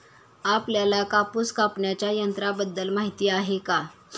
आपल्याला कापूस कापण्याच्या यंत्राबद्दल माहीती आहे का?